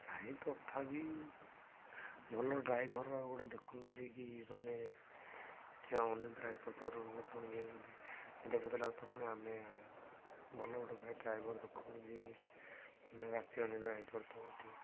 ନାଇଁ ତଥାପି ଭଲ ଡ୍ରାଇଭର ଗୋଟେ ଦେଖନ୍ତୁ ଯେ କି ମାନେ ସେ ଅନିଦ୍ରା ହେଇ ପାରୁଥିବାରୁ ପୁଣି ଯଦି ନିଦ ଫିଦ ଲାଗୁଥିବ ପୁଣି ଆମେ ଭଲ ଗୋଟେ ଭାଇ ଡ୍ରାଇଭର ଦେଖନ୍ତୁ ଯେ କି ମାନେ ରାତି ଅନିଦ୍ରା ପାରୁଥିବ ଟିକେ